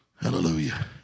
Hallelujah